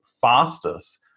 fastest